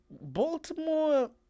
Baltimore